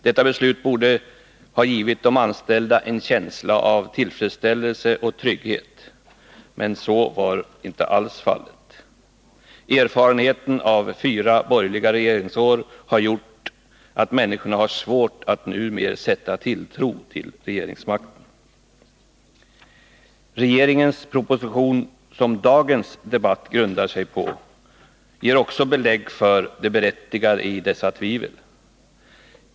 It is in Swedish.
Detta beslut borde ha givit de anställda en känsla av tillfredsställelse och trygghet, men så blev inte alls fallet. Erfarenheten av fyra borgerliga regeringsår har gjort att människorna numera har svårt att sätta tilltro till regeringsmakten. Den proposition från regeringen som dagens debatt grundar sig på ger också belägg för det berättigade i dessa tvivel.